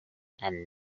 and